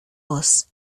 voz